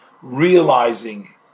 realizing